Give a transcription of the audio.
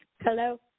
Hello